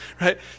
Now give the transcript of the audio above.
right